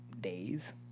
days